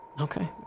okay